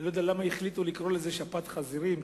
אני לא יודע למה החליטו לקרוא לזה שפעת החזירים,